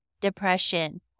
depression